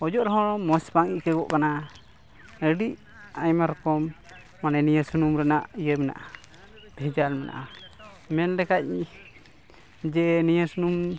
ᱚᱡᱚᱜ ᱨᱮᱦᱚᱸ ᱢᱚᱡᱽ ᱵᱟᱝ ᱟᱹᱭᱠᱟᱹᱜᱚᱜ ᱠᱟᱱᱟ ᱟᱹᱰᱤ ᱟᱭᱢᱟ ᱨᱚᱠᱚᱢ ᱢᱟᱱᱮ ᱱᱤᱭᱟᱹ ᱥᱩᱱᱩᱢ ᱨᱮᱱᱟᱜ ᱤᱭᱟᱹ ᱢᱮᱱᱟᱜᱼᱟ ᱵᱷᱮᱡᱟᱞ ᱢᱮᱱᱟᱜᱼᱟ ᱢᱮᱱ ᱞᱮᱠᱷᱟᱱ ᱡᱮ ᱱᱤᱭᱟᱹ ᱥᱩᱱᱩᱢ